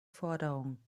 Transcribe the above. forderung